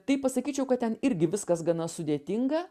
taip pasakyčiau kad ten irgi viskas gana sudėtinga